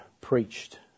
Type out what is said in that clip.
preached